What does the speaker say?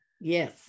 Yes